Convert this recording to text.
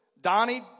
Donnie